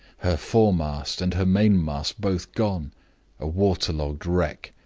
her foremast and her mainmast both gone a water-logged wreck.